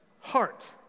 heart